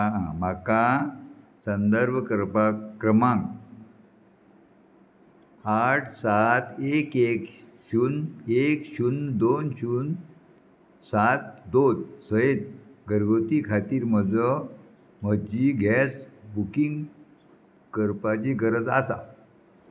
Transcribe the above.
म्हाका संदर्भ करपाक क्रमांक आठ सात एक एक शुन एक शुन दोन शुन सात सयत घरगुती खातीर म्हजो म्हजी गॅस बुकींग करपाची गरज आसा